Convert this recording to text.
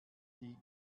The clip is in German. die